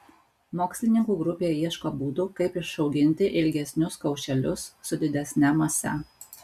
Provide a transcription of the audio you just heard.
mokslininkų grupė ieško būdų kaip išauginti ilgesnius kaušelius su didesne mase